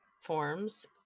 forms